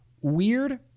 weird